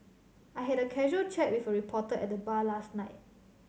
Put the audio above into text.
I had a casual chat with a reporter at the bar last night